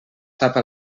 tapa